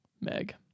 Meg